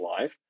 life